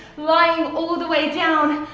lying all the way down.